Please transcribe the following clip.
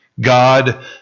God